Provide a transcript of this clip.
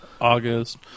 August